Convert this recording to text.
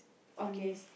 okay